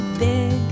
big